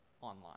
online